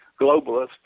globalists